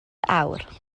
awr